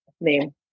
name